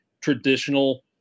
traditional